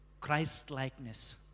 Christ-likeness